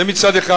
זה מצד אחד.